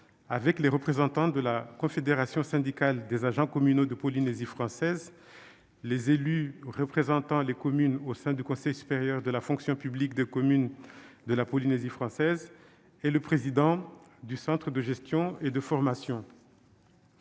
avec les représentants de la Confédération syndicale des agents communaux de Polynésie française, les élus représentant les communes au sein du Conseil supérieur de la fonction publique des communes de la Polynésie française et le président du Centre de gestion et de formation.